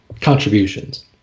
contributions